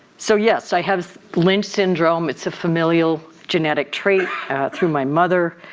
so yes, i have lynch syndrome. it's a familial genetic trait through my mother.